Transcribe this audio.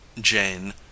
Jane